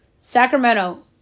Sacramento